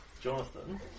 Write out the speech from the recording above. Jonathan